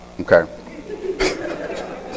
okay